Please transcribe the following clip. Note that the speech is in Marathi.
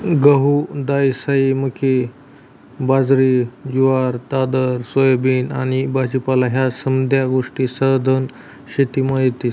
गहू, दायीसायी, मक्की, बाजरी, जुवार, दादर, सोयाबीन आनी भाजीपाला ह्या समद्या गोष्टी सधन शेतीमा येतीस